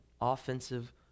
offensive